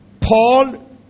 Paul